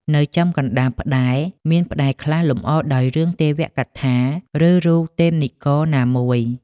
នៅចំកណ្តាលផ្តែរ មានផ្តែរខ្លះលម្អដោយរឿងទេវកថា ឬ រូបទេពនិករណាមួយ។